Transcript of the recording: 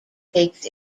takes